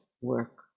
work